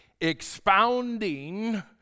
expounding